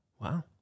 Wow